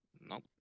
Nope